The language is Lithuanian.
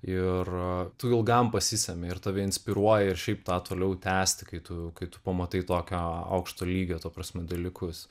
ir tu ilgam pasisemi ir tave inspiruoja ir šiaip tą toliau tęsti kai tu kai tu pamatai tokio aukšto lygio ta prasme dalykus